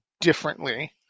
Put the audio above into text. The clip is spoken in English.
differently